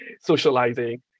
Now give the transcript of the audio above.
socializing